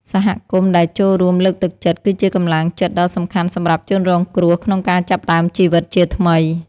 សហគមន៍ដែលចូលរួមលើកទឹកចិត្ត គឺជាកម្លាំងចិត្តដ៏សំខាន់សម្រាប់ជនរងគ្រោះក្នុងការចាប់ផ្តើមជីវិតជាថ្មី។